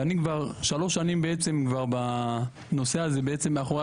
ואני כבר שלוש שנים בעצם בנושא הזה מאחורי